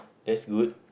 that's good